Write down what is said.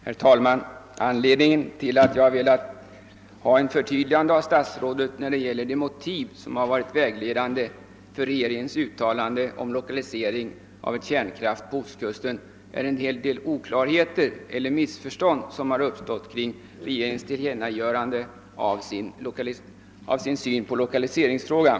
Herr talman! Anledningen till att jag velat ha ett förtydligande av statsrådet i fråga om de motiv, som varit vägledande för regeringens uttalande om lokalisering av ett kärnkraftverk på ostkusten, är en hel del oklarheter eller missförstånd som har uppstått kring regeringens tillkännagivande av sin syn på lokaliseringsfrågan.